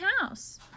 house